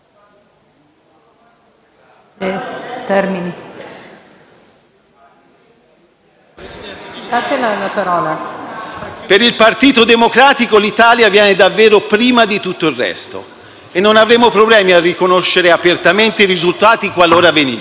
Per il Partito Democratico l'Italia viene davvero prima di tutto il resto e non avremo problemi a riconoscere apertamente i risultati, qualora venissero.